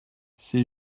ses